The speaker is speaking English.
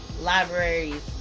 Libraries